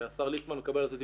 השר ליצמן מקבל על זה דיווחים.